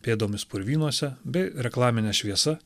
pėdomis purvynuose bei reklamine šviesa